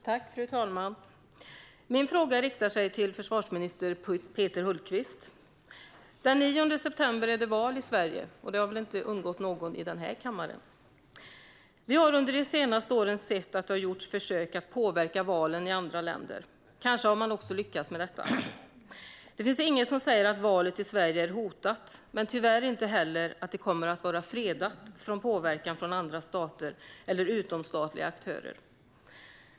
Fru talman! Min fråga riktar sig till försvarsminister Peter Hultqvist. Den 9 september är det val i Sverige, och det har väl inte undgått någon i den här kammaren. Vi har under de senaste åren sett att det har gjorts försök att påverka valen i andra länder. Kanske har man också lyckats med detta. Det finns inget som säger att valet i Sverige är hotat, men det finns tyvärr inte heller något som säger att det kommer att vara fredat från påverkan från andra stater eller utomstatliga aktörer.